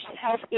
health